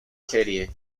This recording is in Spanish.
serie